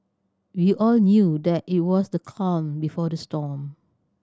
we all knew that it was the calm before the storm